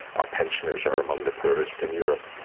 our pensioners are among the poorest in europe,